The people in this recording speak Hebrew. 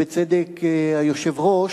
בצדק, היושב-ראש,